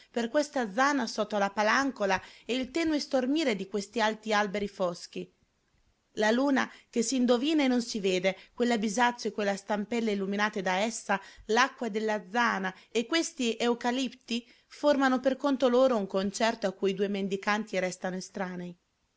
per questa zana sotto la palancola e il tenue stormire di questi alti alberi foschi la luna che s'indovina e non si vede quella bisaccia e quella stampella illuminate da essa l'acqua della zana e questi eucalipti formano per conto loro un concerto a cui i due mendicanti restano estranei